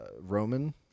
Roman